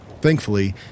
Thankfully